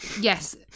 yes